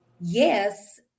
yes